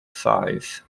size